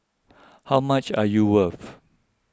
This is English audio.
how much are you worth